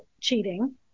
cheating